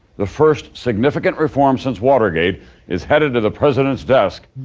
the first significant reform since watergate is headed to the president's desk.